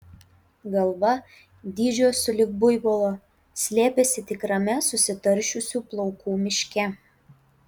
galva dydžio sulig buivolo slėpėsi tikrame susitaršiusių plaukų miške